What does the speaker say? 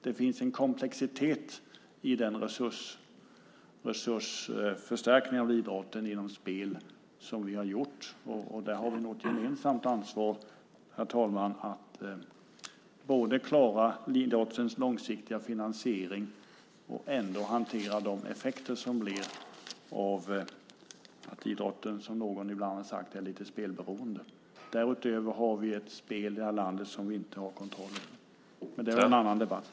Det finns en komplexitet i den resursförstärkning för idrotten genom spel som vi har gjort. Där har vi nog ett gemensamt ansvar, herr talman, att både klara idrottens långsiktiga finansiering och ändå hantera de effekter som uppstår av att idrotten, som någon har sagt, är lite spelberoende. Därutöver har vi ett spelande i det här landet som vi inte har kontroll över, men det är en annan debatt.